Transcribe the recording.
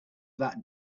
that